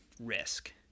risk